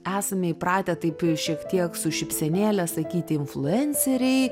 esame įpratę taip šiek tiek su šypsenėle sakyti influenceriai